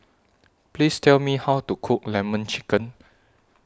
Please Tell Me How to Cook Lemon Chicken